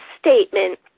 statement